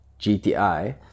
GTI